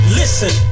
listen